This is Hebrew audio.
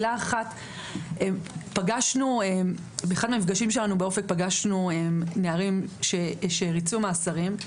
פגשנו באחד מהמפגשים שלנו באופק נערים שריצו מאסרים.